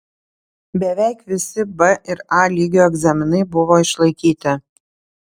beveik visi b ir a lygio egzaminai buvo išlaikyti